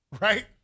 Right